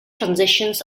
transitions